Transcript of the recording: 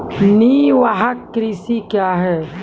निवाहक कृषि क्या हैं?